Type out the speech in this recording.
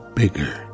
bigger